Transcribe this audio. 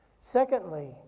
Secondly